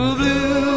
blue